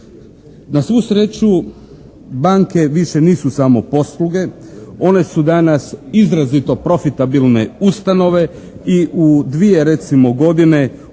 Na svu sreću banke više nisu samoposluge. One su danas izrazito profitabilne ustanove i u dvije recimo godine ove